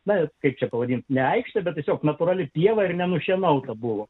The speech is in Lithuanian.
na kaip čia pavadinti ne aikštę bet tiesiog natūrali pieva ir nenušienauta buvo